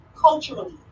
culturally